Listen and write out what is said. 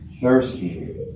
thirsty